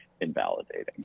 invalidating